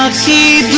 ah c